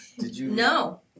No